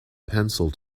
pencil